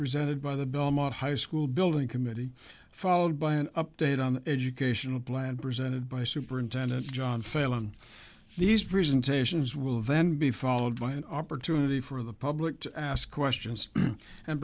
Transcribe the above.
presented by the belmont high school building committee followed by an update on the educational plan presented by superintendent john fail on these presentations will then be followed by an opportunity for the public to ask questions and